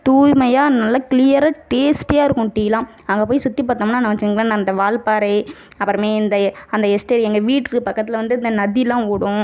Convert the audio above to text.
தூய்மையாக நல்லா க்ளியராக டேஸ்ட்டியாக இருக்கும் டீலாம் அங்கே போய் சுற்றி பார்த்தோம்னா வச்சீக்குங்களன்னு அந்த வால்பாறை அப்புறமே இந்த அந்த எஸ்டேட் எங்கள் வீட்டுக்கு பக்கத்தில் வந்து இந்த நதிலாம் ஓடும்